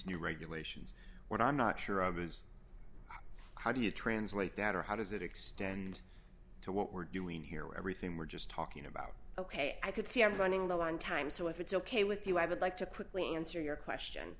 new regulations what i'm not sure of is how do you translate that or how does it extend to what we're doing here everything we're just talking about ok i could see i'm running low on time so if it's ok with you i would like to quickly answer your question